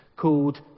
called